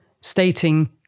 stating